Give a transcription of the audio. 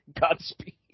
Godspeed